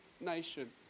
nation